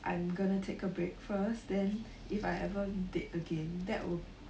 I'm gonna take a break first then if I ever date again that would